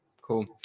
cool